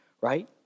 right